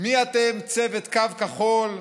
מי אתם, צוות קו כחול,